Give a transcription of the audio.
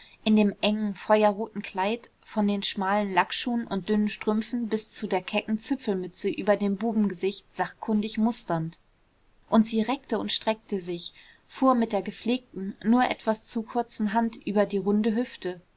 in dem engen feuerroten kleid von den schmalen lackschuhen und dünnen strümpfen bis zu der kecken zipfelmütze über dem bubengesicht sachkundig musternd und sie reckte und streckte sich fuhr mit der gepflegten nur etwas zu kurzen hand über die runde hüfte